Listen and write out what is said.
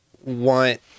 want